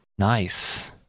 Nice